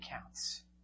counts